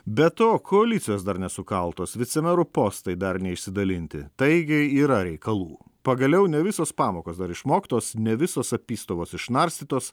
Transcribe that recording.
be to koalicijos dar nesukaltos vicemerų postai dar neišsidalinti taigi yra reikalų pagaliau ne visos pamokos dar išmoktos ne visos apystovos išnarstytos